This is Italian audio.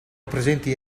presenti